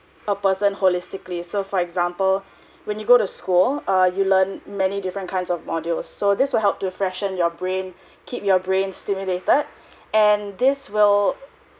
a person holistically so for example when you go to school uh you learn many different kinds of module so this will help to freshen your brain keep your brain stimulated and this will